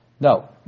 No